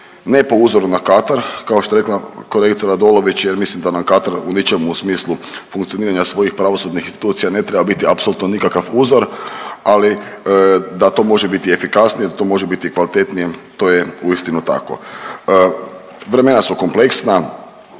ne po uzoru na Katar kao što je rekla kolegica RAdolović jer mislim da nam Katar u … smislu funkcioniranja svojih pravosudnih institucija ne treba biti apsolutno nikakav uzro, ali da to može biti efikasnije, da to može biti kvalitetnije to je uistinu tako. Vremena su kompleksna,